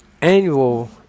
Annual